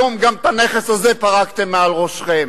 היום גם את הנכס הזה פרקתם מעל ראשכם.